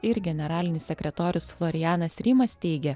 ir generalinis sekretorius florianas rimas teigia